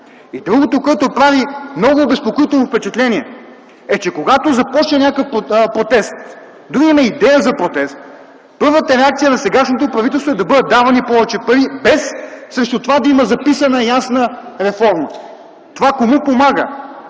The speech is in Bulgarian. Другото, което прави много обезпокоително впечатление, е, че когато започне някакъв протест, дори да има идея за протест, първата реакция на сегашното правителство е да бъдат давани повече пари, без срещу това да има записана ясна реформа. Това кому помага?